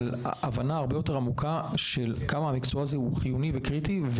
הבנה הרבה יותר עמוקה של כמה המקצוע הזה הוא חיוני וקריטי.